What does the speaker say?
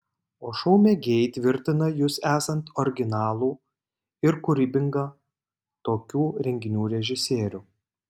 o šou mėgėjai tvirtina jus esant originalų ir kūrybingą tokių renginių režisierių